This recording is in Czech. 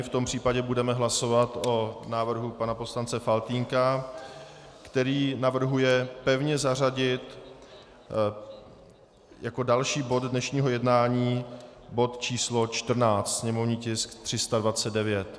V tom případě budeme hlasovat o návrhu pana poslance Faltýnka, který navrhuje pevně zařadit jako další bod dnešního jednání bod číslo 14, sněmovní tisk 329.